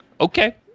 Okay